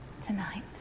tonight